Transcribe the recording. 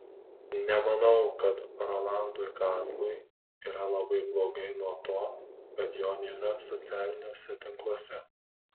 nemanau kad rolandui kazlui yra labai blogai nuo to kad jo nėra socialiniuose tinkluose